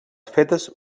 fetes